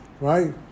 right